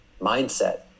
mindset